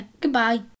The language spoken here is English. Goodbye